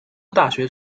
大学